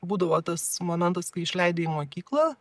būdavo tas momentas kai išleidi į mokyklą